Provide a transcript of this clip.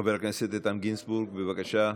חבר הכנסת איתן גינזבורג, בבקשה.